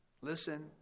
listen